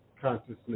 consciousness